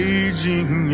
Raging